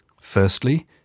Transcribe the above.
Firstly